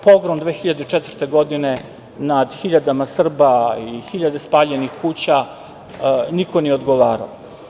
Pogrom 2004. godine nad hiljadama Srba i hiljade spaljenih kuća – niko nije odgovarao.